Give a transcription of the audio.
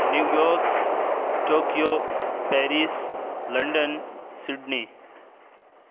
New York Tokyo Paris London Sydney